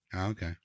Okay